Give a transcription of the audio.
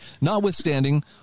notwithstanding